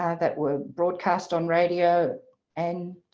ah that were broadcast on radio and.